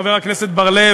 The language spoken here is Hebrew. חבר הכנסת בר-לב,